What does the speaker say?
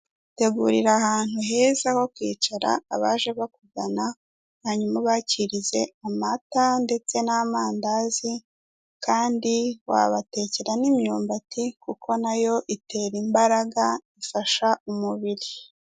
Tegurira ahantu heza ho kwicara abaje bakugana hanyuma ubakirize amata ndetse n'amandazi kandi wabatekera n'imyumbati kuko nayo itera imbaraga ifasha umubiri.